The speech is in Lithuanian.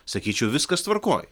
sakyčiau viskas tvarkoj